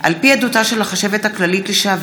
על פי עדותה של החשבת הכללית לשעבר,